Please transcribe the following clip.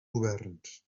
governs